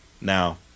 Now